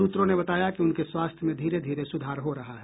सूत्रों ने बताया कि उनके स्वास्थ्य में धीरे धीरे सुधार हो रहा है